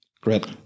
Great